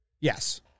Yes